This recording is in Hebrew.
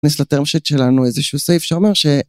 נכניס ל- term sheet שלנו איזה שהוא סעיף שאומר ש...